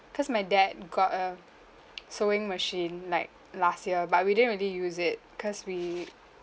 cause my dad got a sewing machine like last year but we didn't really use it cause we